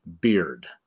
Beard